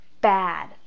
bad